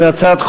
להציג,